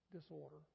disorder